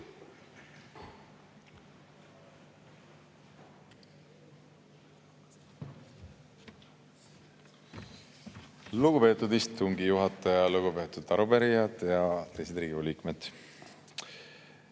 Lugupeetud istungi juhataja! Lugupeetud arupärijad ja teised Riigikogu liikmed!